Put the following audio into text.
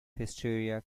hysteria